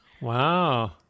Wow